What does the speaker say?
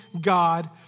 God